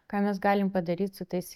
ką mes galim padaryt su tais